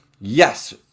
Yes